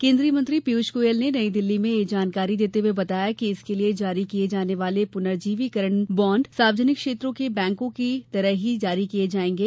केन्द्रीय मंत्री पीयूष गोयल ने नई दिल्ली में यह जानकारी देते हुए बताया कि इसके लिये जारी किये जाने वाले पुनर्जीवीकरण ब्राण्ड सार्वजनिक क्षेत्रों के बैंकों की तरह ही जारी किए जाएंगे